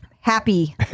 happy